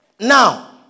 Now